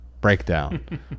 breakdown